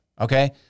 okay